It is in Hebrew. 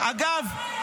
אגב,